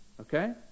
Okay